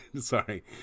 Sorry